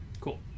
Cool